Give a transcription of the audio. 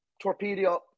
Torpedo –